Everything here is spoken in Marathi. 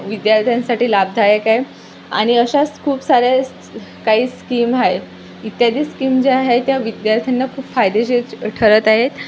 विद्यार्थ्यांसाठी लाभदायक आहे आणि अशाच खूप साऱ्या काही स्कीम आहे इत्यादी स्कीम ज्या आहे त्या विद्यार्थ्यांना खूप फायदेशीर ठरत आहेत